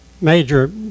Major